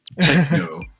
Techno